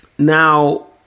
Now